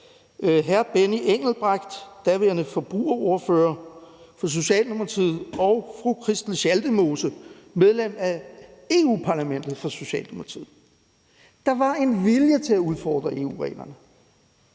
hr. Benny Engelbrecht, daværende forbrugerordfører for Socialdemokratiet, og fru Christel Schaldemose, medlem af Europa-Parlamentet for Socialdemokratiet. Der var en vilje til at udfordre EU-reglerne.